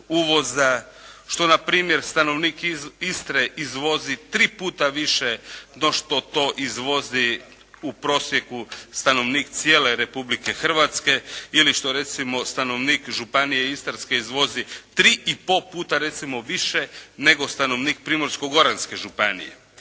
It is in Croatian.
što na primjer stanovnik iz Istre izvozi 3 puta više no što to izvozi u prosjeku stanovnik cijele Republike Hrvatske ili što recimo stanovnik Županije istarske izvozi 3 i pol puta recimo više nego stanovnik Primorsko-goranske županije.